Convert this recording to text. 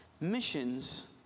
Missions